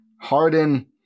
Harden